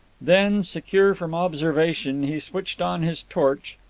then, secure from observation, he switched on his torch,